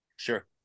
Sure